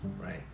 right